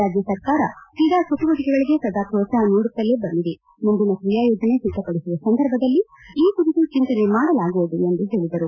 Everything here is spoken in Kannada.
ರಾಜ್ಯ ಸರ್ಕಾರ ಕ್ರೀಡಾ ಚಟುವಟಿಕೆಗಳಿಗೆ ಸದಾ ಪ್ರೋತ್ಸಾಪ ನೀಡುತ್ತಲೇ ಬಂದಿದೆ ಮುಂದಿನ ಕ್ರಿಯಾಯೋಜನೆ ಸಿದ್ದಪಡಿಸುವ ಸಂದರ್ಭದಲ್ಲಿ ಈ ಕುರಿತು ಚೆಂತನೆ ಮಾಡಲಾಗುವುದು ಎಂದು ಹೇಳಿದರು